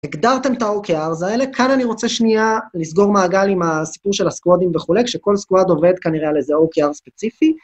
הגדרתם את OKR האלה, כאן אני רוצה שנייה לסגור מעגל עם הסיפור של הצוותים וכולי, שכל צוות עובד כנראה לזה OKR ספציפי.